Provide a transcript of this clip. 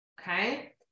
Okay